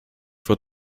vor